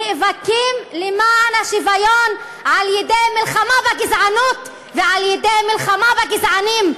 נאבקים למען השוויון על-ידי מלחמה בגזענות ועל-ידי מלחמה בגזענים.